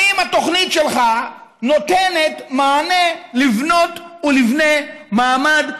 האם התוכנית שלך נותנת מענה לבנות ולבני מעמד הביניים?